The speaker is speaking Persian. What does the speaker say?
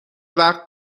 وقت